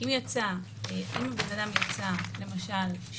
כי אם בן אדם יצא שלילי